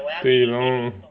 对 loh